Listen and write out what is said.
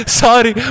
sorry